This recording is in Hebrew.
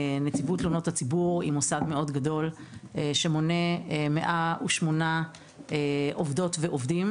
נציבות תלונות הציבור היא מוסד מאוד גדול שמונה 108 עובדות ועובדים